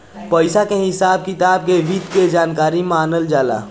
पइसा के हिसाब किताब के वित्त के जानकारी मानल जाला